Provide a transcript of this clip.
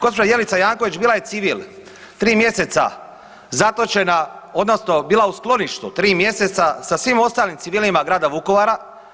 Gospođa Jelica Janković bila je civil. 3 mjeseca zatočena odnosno bila u skloništu 3 mjeseca sa svim ostalim civilima grada Vukovara.